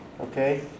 Okay